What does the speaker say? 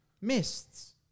mists